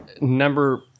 number